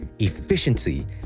efficiency